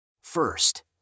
First